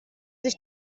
sich